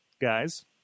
guys